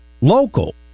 local